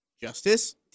Justice